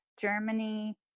Germany